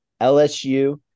LSU